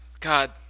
God